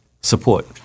Support